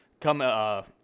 come